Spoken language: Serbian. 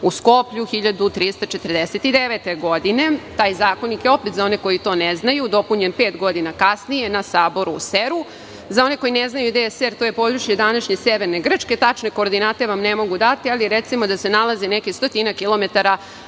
u Skoplju 1349. godine. Taj zakonik je, opet za one koji to ne znaju, dopunjen pet godina kasnije na Saboru u Seru. Za one koji ne znaju gde je Ser, to je područje današnje severne Grčke. Tačne koordinate vam ne mogu dati, ali recimo da se nalazi nekih stotinak kilometara